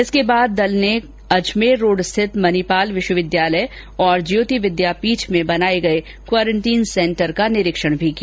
इसके बाद दल ने अजमेर रोड स्थित मनिपाल विश्वविद्यालय और ज्योति विद्यापीठ में बनाए गए क्वारेंटीन सेंटर का निरीक्षण भी किया